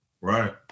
Right